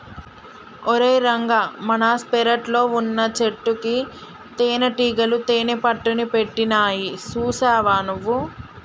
ఓరై రంగ మన పెరట్లో వున్నచెట్టుకి తేనటీగలు తేనెపట్టుని పెట్టినాయి సూసావా నువ్వు